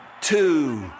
two